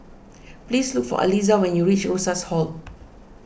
please look for Aliza when you reach Rosas Hall